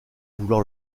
vouloir